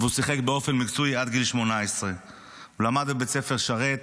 והוא שיחק באופן מקצועי עד גיל 18. הוא למד בבית ספר שרת.